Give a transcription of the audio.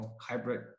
hybrid